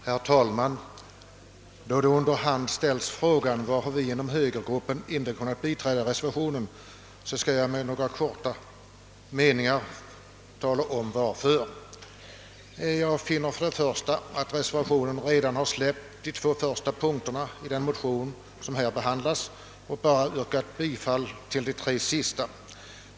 Herr talman! Då det under hand ställts frågan, varför vi inom högergruppen inte kunnat biträda reservationen, skall jag helt kort tala om detta. Jag finner för det första att reservationen redan har släppt de två första punkterna i den motion som här behandlas och endast yrkat bifall till de tre sista.